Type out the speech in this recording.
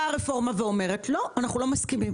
הרפורמה באה ואומרת: לא, אנחנו לא מסכימים.